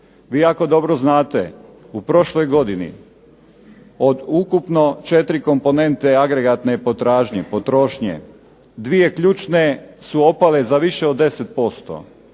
Vi jako dobro znate u prošloj godini od ukupno 4 komponente agregatne potražnje, potrošnje, dvije ključne su opale za više od 10%,